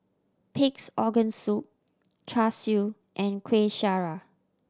Pig's Organ Soup Char Siu and Kueh Syara